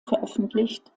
veröffentlicht